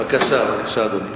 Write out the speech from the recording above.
בבקשה, אדוני.